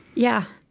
yeah.